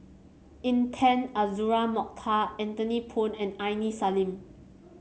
Intan Azura Mokhtar Anthony Poon and Aini Salim